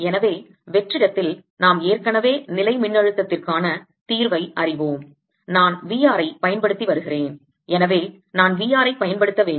எனவே வெற்றிடத்தில் நாம் ஏற்கனவே நிலை மின்னழுத்தத்திற்கான தீர்வை அறிவோம் நான் V r ஐ பயன்படுத்தி வருகிறேன் எனவே நான் V r ஐ பயன்படுத்த வேண்டும்